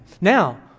Now